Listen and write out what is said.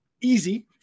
easy